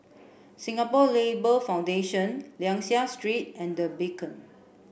Singapore Labour Foundation Liang Seah Street and The Beacon